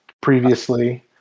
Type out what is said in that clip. previously